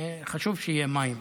חשוב שיהיו מים.